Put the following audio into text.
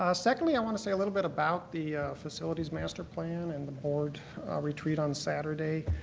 ah secondly, i want to say a little bit about the facilities master plan and the board retreat on saturday.